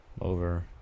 over